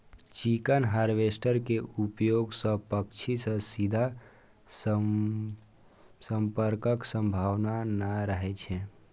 chicken harvester के उपयोग सं पक्षी सं सीधा संपर्कक संभावना नै रहै छै